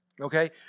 okay